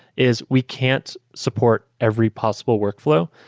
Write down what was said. is we can't support every possible workflow.